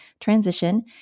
transition